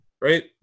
right